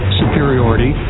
superiority